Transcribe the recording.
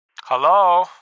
Hello